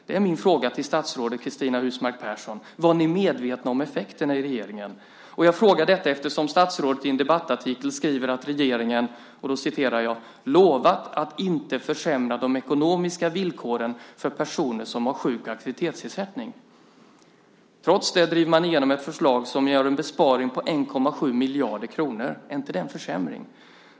Det är min fråga till statsrådet Cristina Husmark Pehrsson. Var ni i regeringen medvetna om effekterna? Jag frågar detta eftersom statsrådet i en debattartikel skriver att "regeringen lovat att inte försämra de ekonomiska villkoren för personer som har sjuk och aktivitetsersättning". Trots det driver man igenom ett förslag som innebär en besparing på 1,7 miljarder kronor. Är inte det en försämring?